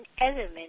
element